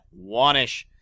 Wanish